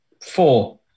four